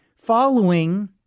Following